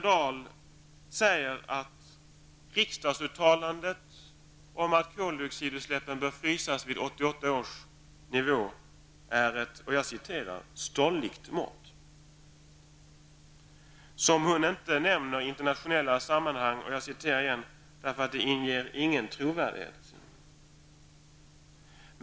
Hon säger att riksdagsuttalandet om att koldioxidutsläppen bör frysas till 1988 års nivå är ett ''stolligt mått'' som hon inte nämner i internationella sammanhang, därför att det ''inte anger någon trovärdighet''.